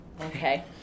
Okay